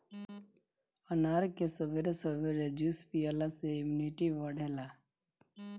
अनार के सबेरे सबेरे जूस पियला से इमुनिटी बढ़ेला